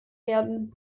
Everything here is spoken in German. werden